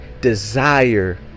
desire